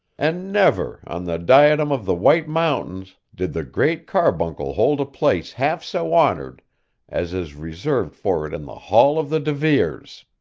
and never, on the diadem of the white mountains, did the great carbuncle hold a place half so honored as is reserved for it in the hall of the de veres